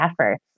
efforts